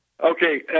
Okay